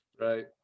Right